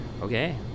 okay